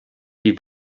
die